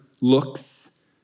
looks